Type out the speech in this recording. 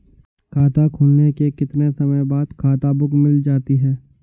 खाता खुलने के कितने समय बाद खाता बुक मिल जाती है?